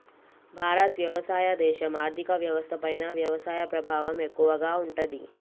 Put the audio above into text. భారత్ వ్యవసాయ దేశం, ఆర్థిక వ్యవస్థ పైన వ్యవసాయ ప్రభావం ఎక్కువగా ఉంటది